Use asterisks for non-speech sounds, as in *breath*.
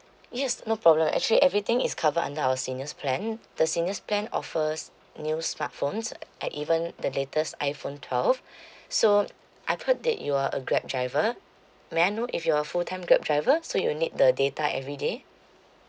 yes no problem actually everything is covered under our senior's plan the senior's plan offers new smart phones and even the latest iphone twelve *breath* so I that you are a grab driver may I know if you're a full time grab driver so you need the data everyday